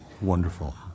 Wonderful